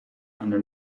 under